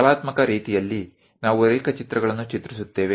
કલાત્મક રીતે આપણે સ્કેચ દોરેલ છે